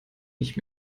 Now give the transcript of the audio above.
nicht